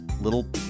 little